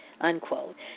unquote